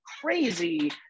crazy